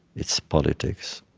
it's politics.